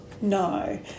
No